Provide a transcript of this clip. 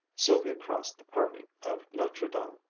sylvia crossed the parvis of notre dame,